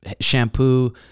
shampoo